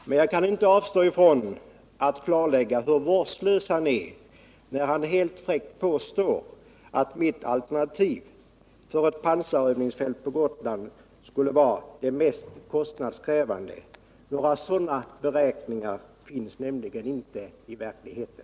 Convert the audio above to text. Men jag kan inte avstå från att klarlägga hur vårdslös han är, när han helt fräckt påstår att mitt alternativ för ett pansarövningsfält på Gotland skulle vara det mest kostnadskrävande. Några sådana beräkningar finns nämligen inte i verkligheten.